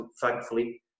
thankfully